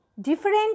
different